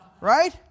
right